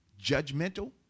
judgmental